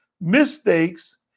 mistakes